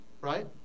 Right